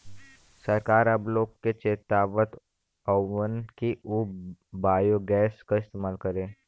सरकार अब लोग के चेतावत हउवन कि उ बायोगैस क इस्तेमाल करे